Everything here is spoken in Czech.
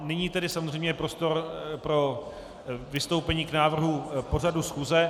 Nyní je samozřejmě prostor pro vystoupení k návrhu pořadu schůze.